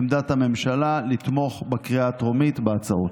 עמדת הממשלה היא לתמוך בקריאה הטרומית בהצעות.